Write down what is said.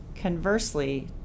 Conversely